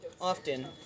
often